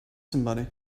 somebody